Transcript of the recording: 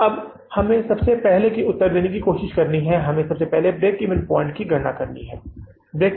अब हम सबसे पहले उत्तर देने की कोशिश करेंगे कि हम ब्रेक इवन पॉइंट्स की गणना करेंगे